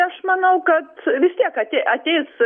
aš manau kad vis tiek atei ateis